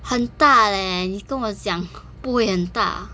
很大 eh 你跟我讲不会很大